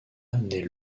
nait